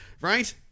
right